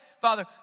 Father